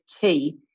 key